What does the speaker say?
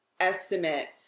estimate